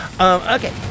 okay